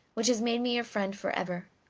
which has made me your friend for ever.